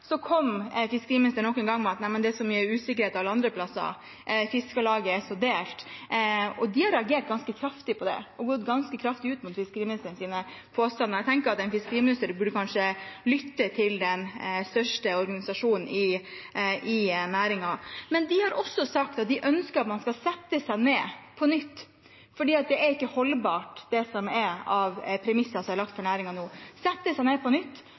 kom fiskeriministeren nok en gang og sa at det er så mye usikkerhet alle andre plasser, og at Fiskarlaget er så delt. De har reagert ganske kraftig på det og gått ganske kraftig ut mot fiskeriministerens påstander. Jeg tenker at en fiskeriminister kanskje burde lytte til den største organisasjonen i næringen. De har også sagt at de ønsker at man skal sette seg ned på nytt, fordi det ikke er holdbart det som er av premisser som er lagt for næringen nå – sette seg ned på nytt